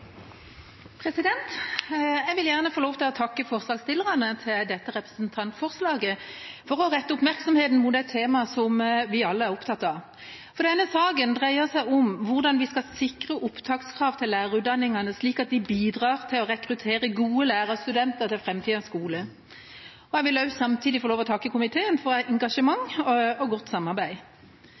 vedtatt. Jeg vil gjerne få lov til å takke forslagsstillerne bak dette representantforslaget for å rette oppmerksomheten mot et tema som vi alle er opptatt av. Denne saken dreier seg om hvordan vi skal sikre opptakskravene til lærerutdanningene, slik at de bidrar til å rekruttere gode lærerstudenter til framtidas skole. Jeg vil samtidig få takke komiteen for engasjement og godt samarbeid.